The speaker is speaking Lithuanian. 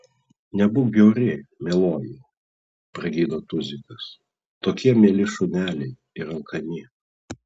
nebūk bjauri mieloji pragydo tuzikas tokie mieli šuneliai ir alkani